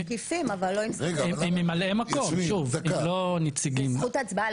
כמשקיפים, אבל לא עם זכות הצבעה.